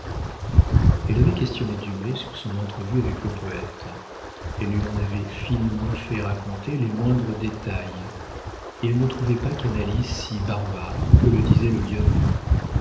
elle avait questionné dumay sur son entrevue avec le poëte elle lui en avait finement fait raconter les moindres détails et elle ne trouvait pas canalis si barbare que le disait le lieutenant